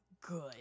good